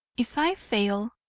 if i fail,